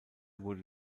wurde